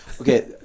Okay